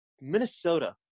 Minnesota